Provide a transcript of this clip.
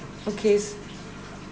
okays